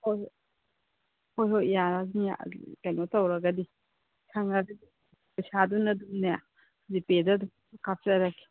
ꯍꯣꯏ ꯍꯣꯏ ꯍꯣꯏ ꯍꯣꯏ ꯌꯥꯔꯅꯤ ꯀꯩꯅꯣ ꯇꯧꯔꯒꯗꯤ ꯄꯩꯁꯥꯗꯨꯅ ꯑꯗꯨꯝꯅꯦ ꯖꯤꯄꯦꯗ ꯑꯗꯨꯝ ꯀꯥꯞꯆꯔꯛꯀꯦ